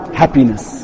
happiness